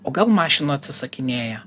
o gal mašinų atsisakinėja